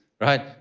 right